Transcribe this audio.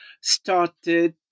started